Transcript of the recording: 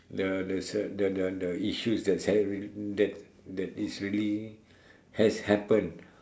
the the ce~ the the the the the issues that celebrity that that is really has happen